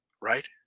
right